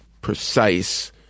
precise